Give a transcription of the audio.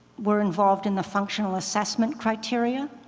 we're involved in the functional assessment criteria,